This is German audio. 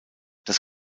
das